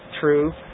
true